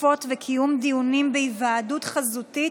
תקופות וקיום דיונים בהיוועדות חזותית